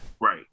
Right